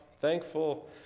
thankful